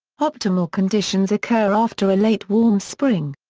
optimal conditions occur after a late warm spring.